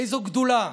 איזו גדולה.